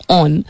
on